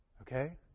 Okay